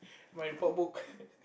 my report book